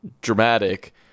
dramatic